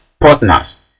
partners